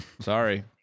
Sorry